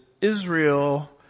Israel